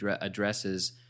addresses